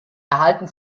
erhalten